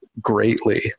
greatly